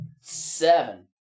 Seven